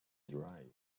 dry